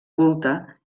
culte